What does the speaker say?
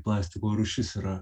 plastiko rūšis yra